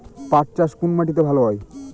পাট চাষ কোন মাটিতে ভালো হয়?